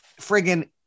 friggin